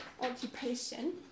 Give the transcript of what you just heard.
occupation